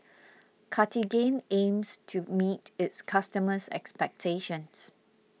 Cartigain aims to meet its customers' expectations